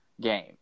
game